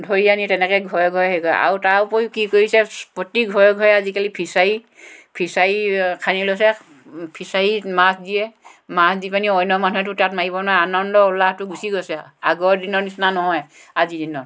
ধৰি আনি তেনেকৈ ঘৰে ঘৰে হেৰি কৰে আৰু তাৰোপৰি কি কৰিছে প্ৰতি ঘৰে ঘৰে আজিকালি ফিছাৰী ফিছাৰী খানি লৈছে ফিছাৰীত মাছ দিয়ে মাছ দি পানি অন্য মানুহেতো তাত মাৰিব নোৱাৰে আনন্দ উল্লাহটো গুচি গৈছে আগৰ দিনৰ নিচিনা নহয় আজিৰ দিনত